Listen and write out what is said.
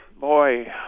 boy